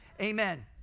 amen